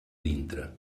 dintre